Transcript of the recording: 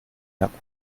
merkur